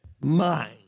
mind